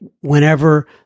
whenever